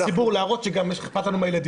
לציבור, שאכפת לנו מן הילדים שלנו.